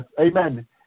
Amen